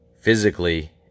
physically